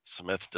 smith